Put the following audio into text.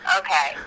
okay